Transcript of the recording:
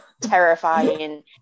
terrifying